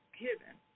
given